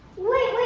wait,